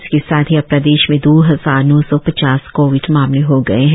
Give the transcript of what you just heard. इसके साथ ही अब प्रदेश में दो हजार नौ सौ पचास कोविड मामले हो गए है